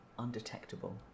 undetectable